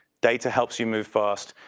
data helps you move fast.